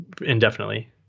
indefinitely